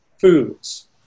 foods